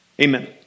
Amen